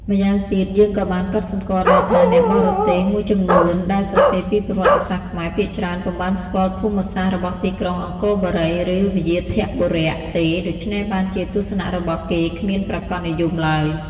ម្យ៉ាងទៀតយើងក៏បានកត់សម្គាល់ដែរថា អ្នកបរទេសមួយចំនួនដែលសរសេរពីប្រវត្តិសាស្ត្រខ្មែរ ភាគច្រើនពុំបានស្គាល់ភូមិ សាស្ត្ររបស់ទីក្រុងអង្គរបូរី ឬ វ្យាធបុរៈ ទេ ដូច្នេះបានជាទស្សនៈរបស់ គេគ្មានប្រាកដនិយមឡើយ ។